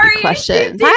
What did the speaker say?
question